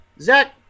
Zach